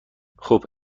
خوب